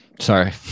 Sorry